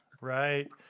Right